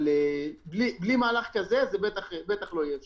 בלי מהלך כזה, זה בטח לא יהיה אפשרי.